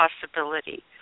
possibility